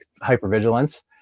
hypervigilance